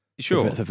Sure